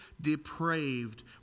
depraved